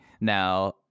now